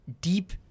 deep